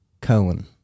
Cohen